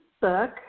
book